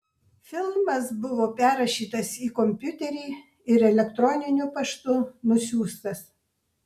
filmas buvo perrašytas į kompiuterį ir elektroniniu paštu nusiųstas